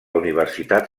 universitat